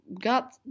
got